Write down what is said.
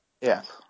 Yes